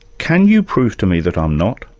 can you prove to me that i'm not?